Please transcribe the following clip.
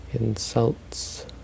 insults